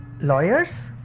lawyers